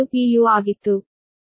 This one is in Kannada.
u ಆಗಿತ್ತು